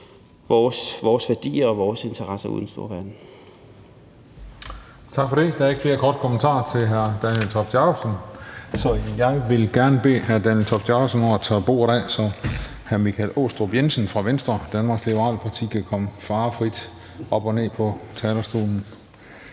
vores værdier og interesser ude i den store verden.